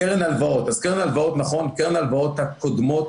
קרן הלוואת נכון קרן הלוואות הקודמות,